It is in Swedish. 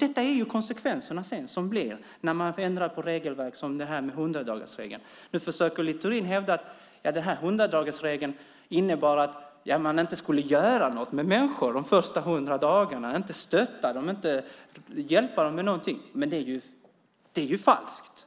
Detta är ju konsekvenserna som blir när man ändrar på regelverk, som det här med hundradagarsregeln. Nu försöker Littorin hävda att den här hundradagarsregeln innebar att man inte skulle göra något med människor under de första hundra dagarna, inte stötta dem, inte hjälpa dem med någonting. Men det är falskt.